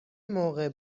موقع